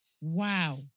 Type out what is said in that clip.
Wow